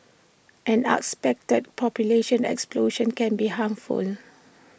an unexpected population explosion can be harmful